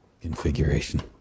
configuration